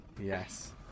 Yes